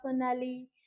personally